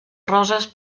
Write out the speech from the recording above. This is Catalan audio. roses